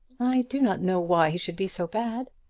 i do not know why he should be so bad.